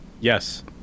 Yes